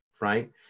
right